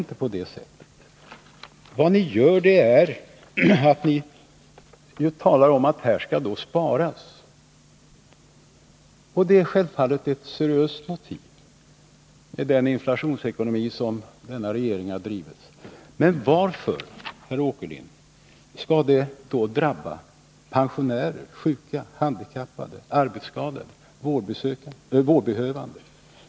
Ni talar om att här skall det sparas. Det är självfallet ett seriöst motiv med den inflationsekonomi som denna regering drivit. Men varför, herr Åkerlind, skall det då drabba pensionärer, sjuka, handikappade, arbetsskadade och vårdbehövande?